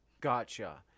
Gotcha